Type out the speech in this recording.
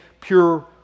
pure